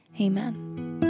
Amen